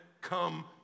come